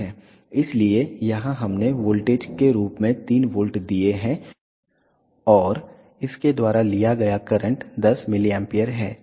इसलिए यहां हमने वोल्टेज के रूप में 3 वोल्ट दिए हैं और इसके द्वारा लिया गया करंट 10 mA है